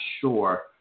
sure